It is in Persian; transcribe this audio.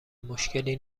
مشکلی